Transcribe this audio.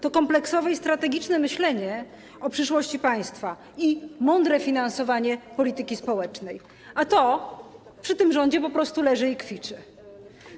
To kompleksowe i strategiczne myślenie o przyszłości państwa i mądre finansowanie polityki społecznej, a to przy tym rządzie po prostu leży i kwiczy.